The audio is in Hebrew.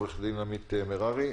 עורכת-הדין עמית מררי,